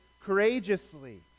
courageously